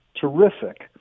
terrific